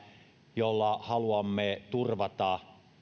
jolla haluamme turvata